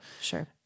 sure